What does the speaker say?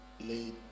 late